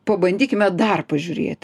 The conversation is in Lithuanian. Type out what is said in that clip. pabandykime dar pažiūrėti